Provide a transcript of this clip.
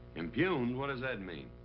impugned? what does that mean?